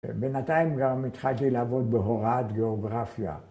‫בינתיים גם התחלתי ‫לעבוד בהוראת גיאוגרפיה.